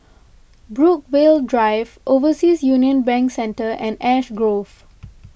Brookvale Drive Overseas Union Bank Centre and Ash Grove